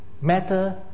matter